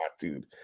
dude